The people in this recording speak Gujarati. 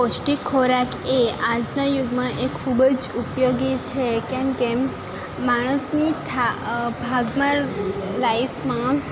પૌષ્ટિક ખોરાક એ આજના યુગમાં એક ખૂબ જ ઉપયોગી છે કેમકે માણસની થા ભાગમાં લાઇફમાં